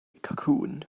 cacwn